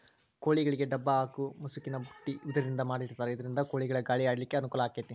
ಕೋಳಿಗೆ ಡಬ್ಬ ಹಾಕು ಮುಸುಕಿನ ಬುಟ್ಟಿ ಬಿದಿರಿಂದ ಮಾಡಿರ್ತಾರ ಇದರಿಂದ ಕೋಳಿಗಳಿಗ ಗಾಳಿ ಆಡ್ಲಿಕ್ಕೆ ಅನುಕೂಲ ಆಕ್ಕೆತಿ